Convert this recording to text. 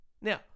Now